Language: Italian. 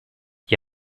gli